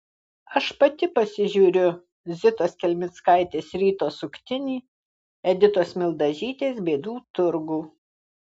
aš pati pasižiūriu zitos kelmickaitės ryto suktinį editos mildažytės bėdų turgų